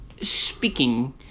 speaking